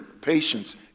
patience